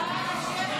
להצבעה.